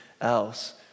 else